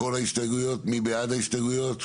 כל ההסתייגויות מי בעד ההסתייגויות?